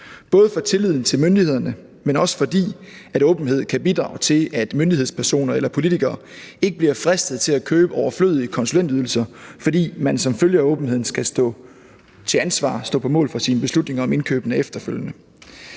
både for tilliden til myndighederne, men også fordi åbenhed kan bidrage til, at myndighedspersoner eller politikere ikke bliver fristet til at købe overflødige konsulentydelser, fordi man som følge af åbenheden efterfølgende skal stå til ansvar for og stå på mål for sine beslutninger om indkøbene. Dertil